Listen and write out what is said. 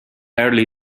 early